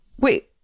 Wait